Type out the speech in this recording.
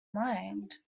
mind